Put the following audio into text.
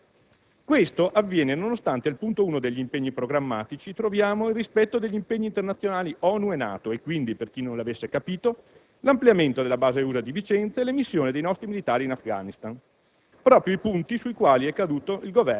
Davvero una bella coerenza! Questo avviene nonostante al punto 1 degli impegni programmatici troviamo «Il rispetto degli impegni internazionali ONU e NATO» e quindi, per chi non l'avesse capito, l'ampliamento della base USA di Vicenza e la missione dei nostri militari in Afghanistan: